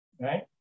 right